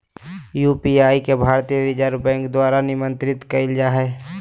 UPI के भारतीय reserve bank द्वारा नियंत्रित कइल जा हइ